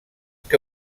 que